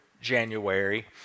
January